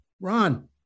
Ron